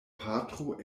patro